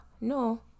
No